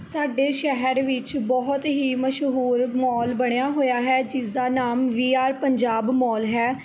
ਸਾਡੇ ਸ਼ਹਿਰ ਵਿੱਚ ਬਹੁਤ ਹੀ ਮਸ਼ਹੂਰ ਮੋਲ ਬਣਿਆ ਹੋਇਆ ਹੈ ਜਿਸ ਦਾ ਨਾਮ ਵੀ ਆਰ ਪੰਜਾਬ ਮੋਲ ਹੈ